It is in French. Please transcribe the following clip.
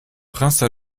prince